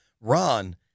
Ron